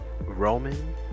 Roman